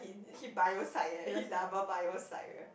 he he bio psych eh he double bio psych eh